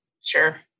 Sure